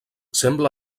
sembla